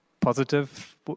positive